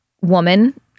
woman